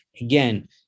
Again